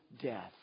death